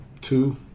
two